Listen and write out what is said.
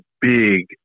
big